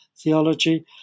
theology